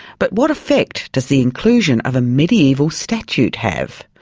but what effect does the inclusion of a mediaeval statute have?